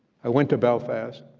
i went to belfast,